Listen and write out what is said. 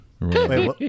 Wait